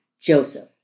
Joseph